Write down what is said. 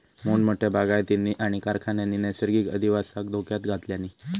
मोठमोठ्या बागायतींनी आणि कारखान्यांनी नैसर्गिक अधिवासाक धोक्यात घातल्यानी